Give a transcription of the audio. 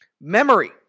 Memory